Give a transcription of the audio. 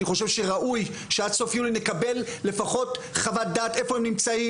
אני חושב שראוי שעד סוף יולי נקבל לפחות חוות דעת,